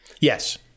Yes